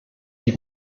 die